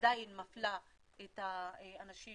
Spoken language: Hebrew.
שעדיין מפלה את האנשים